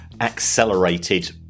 accelerated